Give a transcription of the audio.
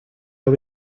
are